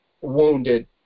wounded